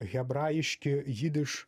hebrajiški jidiš